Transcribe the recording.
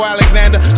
Alexander